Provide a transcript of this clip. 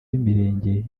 b’imirenge